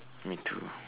me too